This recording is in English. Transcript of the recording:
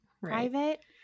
private